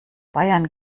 bayern